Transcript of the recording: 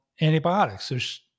antibiotics